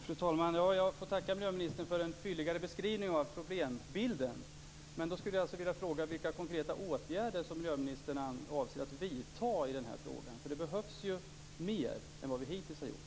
Fru talman! Jag får tacka miljöministern för en fylligare beskrivning av problembilden. Jag skulle vilja fråga vilka konkreta åtgärder miljöministern avser att vidta i denna fråga. Det behövs mer än vad vi hittills har gjort.